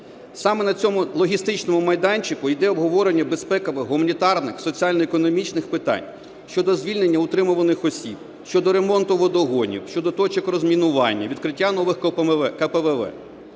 Саме на цьому логістичному майданчику йде обговорення безпекових, гуманітарних, соціально-економічних питань, щодо звільнення утримуваних осіб, щодо ремонту водогонів, щодо точок розмінування, відкриття нових КПВВ.